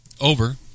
over